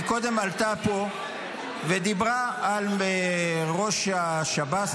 היא קודם עלתה פה ודיברה על ראש השב"ס,